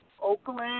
Oakland